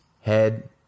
...head